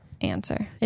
answer